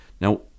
now